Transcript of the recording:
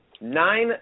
nine